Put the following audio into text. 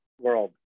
world